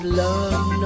love